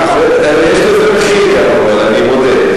יש לזה גם מחיר, אני מודה.